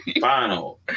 Final